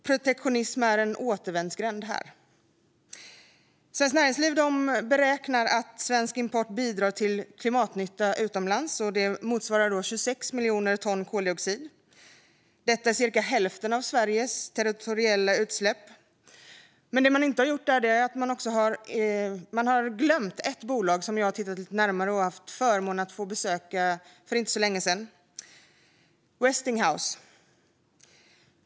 Protektionism är en återvändsgränd. Svenskt Näringsliv beräknar att svensk import bidrar till klimatnytta utomlands motsvarande 26 miljoner ton koldioxid. Detta är cirka hälften av Sveriges territoriella utsläpp, men man har glömt ett bolag som jag har tittat lite närmare på och haft förmånen att få besöka för inte så länge sedan, nämligen Westinghouse.